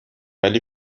ولی